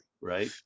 Right